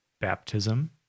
baptism